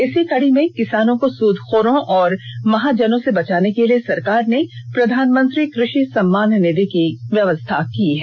इसी कड़ी में किसानों को सूदखोरों व महाजनों से बचाने के लिए सरकार ने प्रधानमंत्री कृषि सम्मान निधि की व्यवस्था की है